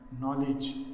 knowledge